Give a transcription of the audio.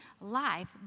life